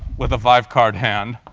with a five-card hand.